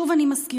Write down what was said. שוב, אני מזכירה,